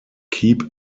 keep